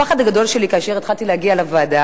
הפחד הגדול שלי כאשר התחלתי להגיע לוועדה,